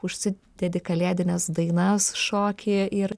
užsi dedi kalėdines dainas šoki ir